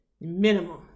Minimum